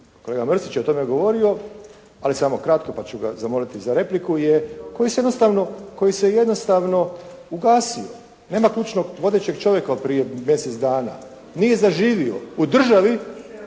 kolega Mrsić je o tome govorio, ali samo kratko pa ću ga zamoliti za repliku je koji se jednostavno ugasio, nema ključnog vodećeg čovjeka od prije mjesec dana. Nije zaživio u državi